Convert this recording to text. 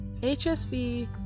HSV